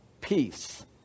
peace